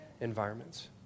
environments